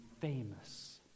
famous